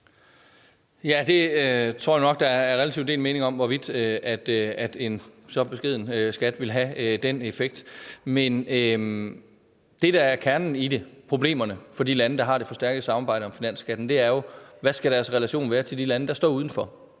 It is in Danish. Jeg tror nu nok, der er relativt delte meninger om, hvorvidt en så beskeden skat vil have den effekt. Men det, der er kernen i problemerne for de lande, der har det forstærkede samarbejde om finansskatten, er jo, hvad deres relation skal være til de lande, der står uden for,